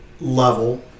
level